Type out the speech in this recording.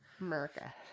america